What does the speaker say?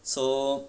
so